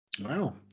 Wow